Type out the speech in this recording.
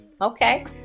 Okay